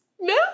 No